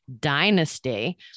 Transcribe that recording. dynasty